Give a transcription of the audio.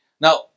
Now